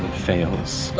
fails.